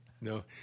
No